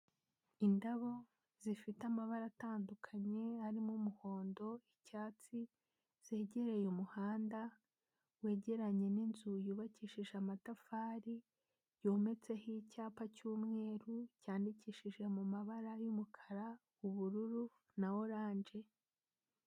Indabo zifite amabara atandukanye harimo umuhondo, icyatsi zegereye umuhanda wegeranye n'inzu yubakishije amatafari, yometseho icyapa cy'umweru cyandikishije mu mabara y'umukara, ubururu na oranje.